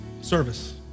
service